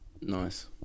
Nice